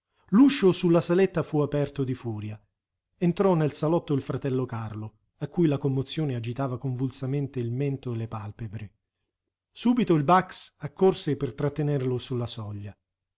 su la saletta fu aperto di furia entrò nel salotto il fratello carlo a cui la commozione agitava convulsamente il mento e le palpebre subito il bax accorse per trattenerlo sulla soglia